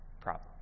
problem